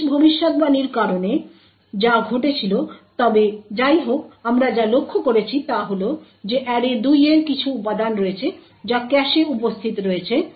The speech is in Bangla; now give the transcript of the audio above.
মিস ভবিষ্যদ্বাণীর কারণে যা ঘটেছিল তবে যাইহোক আমরা যা লক্ষ্য করেছি তা হল যে অ্যারে 2 এর কিছু উপাদান রয়েছে যা ক্যাশে উপস্থিত রয়েছে